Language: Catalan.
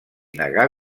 negà